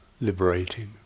liberating